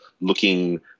looking